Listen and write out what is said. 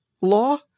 law